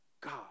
God